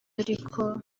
ariko